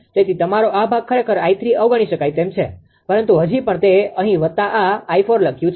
તેથી તમારો આ ભાગ ખરેખર 𝑖3 અવગણી શકાય તેમ છે પરંતુ હજી પણ મેં અહીં વત્તા આ 𝑖4 લખ્યું છે